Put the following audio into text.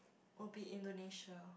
will be Indonesia